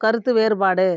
கருத்து வேறுபாடு